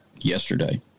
yesterday